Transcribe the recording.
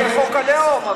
חבל שזה לא נכנס לחוק הלאום,